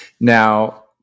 Now